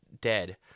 dead